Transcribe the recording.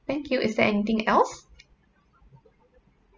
thank you is there anything else